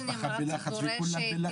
והמשפחה בלחץ וכולם בלחץ,